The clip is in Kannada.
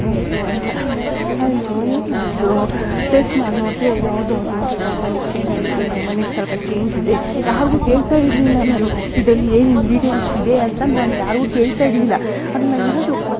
ಅಂತ ಅಯ್ಯೋ ಏನು ಮಾಡೋದು ಟೇಸ್ಟ್ ಮಾಡಿ ನೋಡಿದ್ರೆ ಯಾವುದೊ ಅದು ಅವರ ಮನೆಗೆ ಚೇಂಜ್ ಇತ್ತು ನಮ್ಮನೆದು ಸ್ವಲ್ಪ ಚೇಂಜ್ ಇದೆ ಯಾರಿಗೂ ಹೇಳ್ತಾ ಇರಲಿಲ್ಲ ನಾನು ಇದರಲ್ಲಿ ಏನು ಇಂಗ್ರೀಡಿಯೆನ್ಸ್ ಇದೆ ಅಂತ ನನ್ನ ಯಾರೂ ಕೇಳ್ತಾ ಇರಲಿಲ್ಲ ಅದನ್ನ ಏನಾದರೂ ಕೊಟ್ಟರೆ